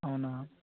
అవునా